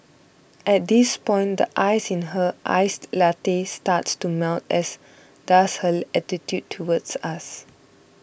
at this point the ice in her iced latte starts to melt as does her attitude towards us